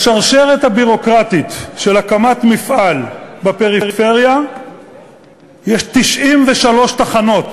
בשרשרת הביורוקרטית של הקמת מפעל בפריפריה יש 93 תחנות